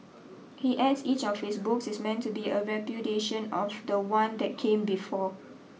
he adds each of his books is meant to be a repudiation of the one that came before